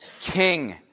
king